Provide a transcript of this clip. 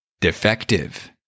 Defective